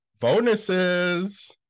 bonuses